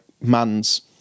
man's